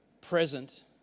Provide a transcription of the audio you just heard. present